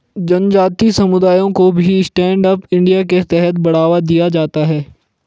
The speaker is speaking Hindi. जनजाति समुदायों को भी स्टैण्ड अप इंडिया के तहत बढ़ावा दिया जाता है